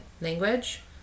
language